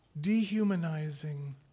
dehumanizing